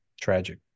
tragic